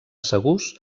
segurs